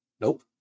Nope